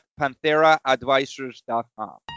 PantheraAdvisors.com